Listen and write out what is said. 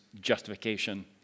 justification